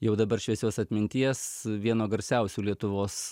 jau dabar šviesios atminties vieno garsiausių lietuvos